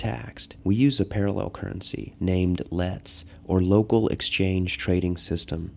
taxed we use a parallel currency named let's or local exchange trading system